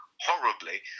horribly